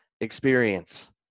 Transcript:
experience